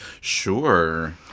Sure